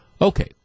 Okay